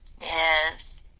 Yes